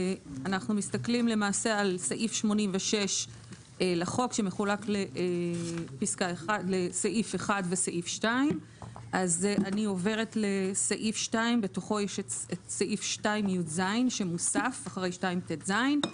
אנחנו מסתכלים למעשה על סעיף 86 לחוק שמחולק לסעיף 1 וסעיף 2. אז אני עוברת לסעיף 2 בתוכו יש את סעיף 2 י"ז שמוסף אחרי 2 ט"'ז.